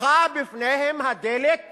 פתוחה בפניהם הדלת